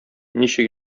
ничек